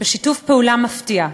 בשיתוף פעולה מפתיע,